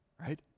Right